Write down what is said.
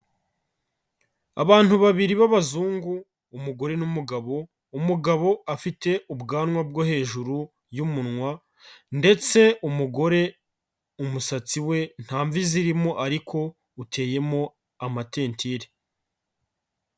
Abantu babiri b'abazungu, umugore n'umugabo, umugabo afite ubwanwa bwo hejuru y'umunwa ndetse umugore umusatsi we nta mvi zirimo ariko uteyemo amatentire.